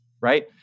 right